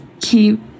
keep